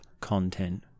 content